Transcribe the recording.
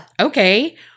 Okay